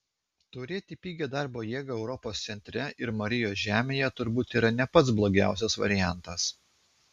turėti pigią darbo jėgą europos centre ir marijos žemėje turbūt yra ne pats blogiausias variantas